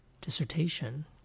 dissertation